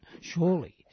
surely